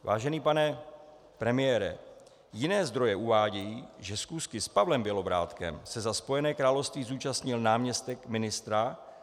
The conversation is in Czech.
Vážený pane premiére, jiné zdroje uvádějí, že schůzky s Pavlem Bělobrádkem se za Spojené království zúčastnil náměstek ministra Nick Boles.